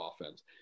offense